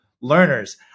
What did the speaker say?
learners